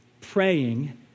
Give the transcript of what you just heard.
praying